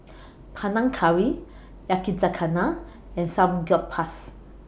Panang Curry Yakizakana and Samgyeopsal